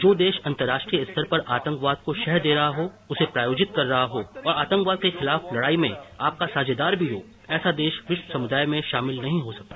जो देश अंतर्राष्ट्रीय स्तर पर आतंकवाद को शह दे रहा हो उसे प्रायोजित कर रहा हो और आतंकवाद के खिलाफ लड़ाई में आपका साझेदार भी हो ऐसा देश विश्व समुदाय में शामिल नहीं हो सकता